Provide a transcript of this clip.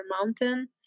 Mountain